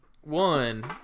one